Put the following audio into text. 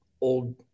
old